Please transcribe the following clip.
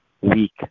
week